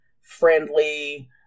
friendly